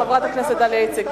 חברת הכנסת דליה איציק,